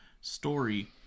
story